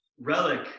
relic